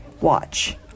watch